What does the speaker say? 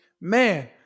Man